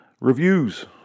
Reviews